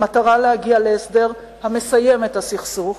במטרה להגיע להסדר המסיים את הסכסוך,